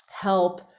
help